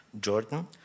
Jordan